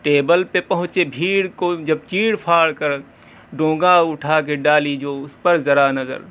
table پہ پہنچے بھیڑ کو جب چیڑ پھاڑ کر ڈونگا اٹھا کے ڈالی جو اس پر ذرا نظر